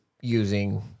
using